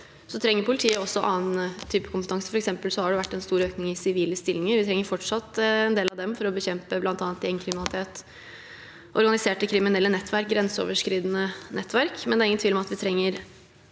trenger også annen type kompetanse. Det har f.eks. vært en stor økning i sivile stillinger. Vi trenger fortsatt en del av dem for å bekjempe bl.a. gjengkriminalitet, organiserte kriminelle nettverk og grenseoverskridende nettverk, men det er ingen tvil om at vi trenger